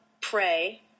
pray